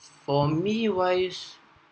for me wise